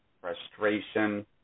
frustration